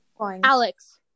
Alex